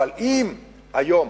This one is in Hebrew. אבל אם היום